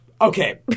Okay